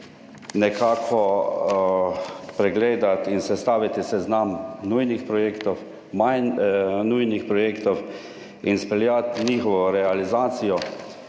nekako pregledati in sestaviti seznam nujnih projektov, manj nujnih projektov in speljati njihovo realizacijo